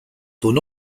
though